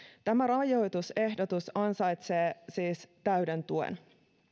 tämä rajoitusehdotus ansaitsee siis täyden tuen